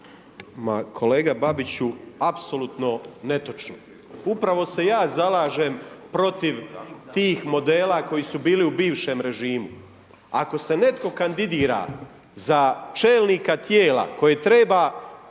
Ma kolega Babiću, apsolutno netočno, upravo se ja zalažem protiv tih modela koji su bili u bivšem režimu, ako se netko kandidira za čelnika tijela koje treba